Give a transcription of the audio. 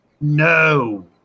No